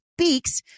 speaks